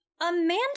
Amanda